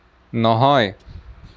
নহয়